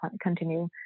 continue